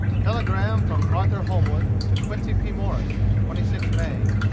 telegram from arthur holmwood to quincey p. morris. twenty six may.